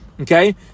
Okay